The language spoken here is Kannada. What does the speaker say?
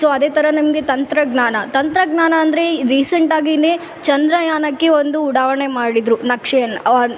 ಸೊ ಅದೇ ಥರ ನಮಗೆ ತಂತ್ರಜ್ಞಾನ ತಂತ್ರಜ್ಞಾನ ಅಂದರೆ ರಿಸೆಂಟಾಗಿನೆ ಚಂದ್ರಯಾನಕ್ಕೆ ಒಂದು ಉಡಾವಣೆ ಮಾಡಿದ್ರು ನಕ್ಷೆಯನ್ನು